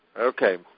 Okay